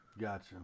Gotcha